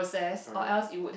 correct